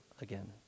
again